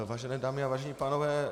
Vážené dámy a vážení pánové.